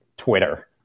Twitter